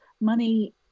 money